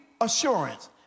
assurance